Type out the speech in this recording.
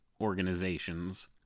organizations